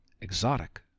exotic